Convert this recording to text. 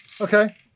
Okay